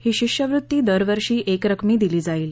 ही शिष्यवृत्ती दरवर्षी एकरकमी दिली जाईल